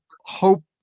hope